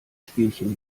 spielchen